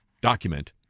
document